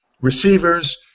Receivers